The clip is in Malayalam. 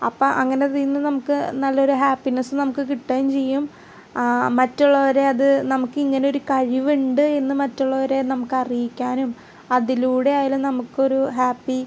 അപ്പം അങ്ങനെ ഇതിൽ നിന്ന് നമുക്ക് നല്ലൊരു ഹാപ്പിനെസ്സ് നമുക്ക് കിട്ടുകയും ചെയ്യും മറ്റുള്ളവരെ അത് നമുക്കിങ്ങനെ ഒരു കഴിവുണ്ട് എന്ന് മറ്റുള്ളവരെ നമുക്കറിയിക്കാനും അതിലൂടെ ആയാലും നമുക്കൊരു ഹാപ്പി